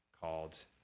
called